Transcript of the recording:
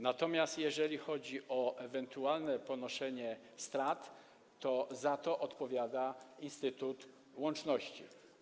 Natomiast jeżeli chodzi o ewentualne ponoszenie strat, to za to odpowiada Instytut Łączności.